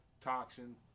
toxin